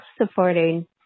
supporting